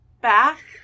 back